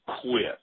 quit